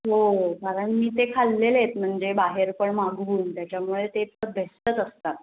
हो कारण मी ते खाल्लेले आहेत म्हणजे बाहेर पण मागवून त्याच्यामुळे ते तर बेस्टच असतात